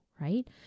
right